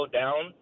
down